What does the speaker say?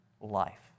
life